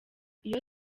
iyo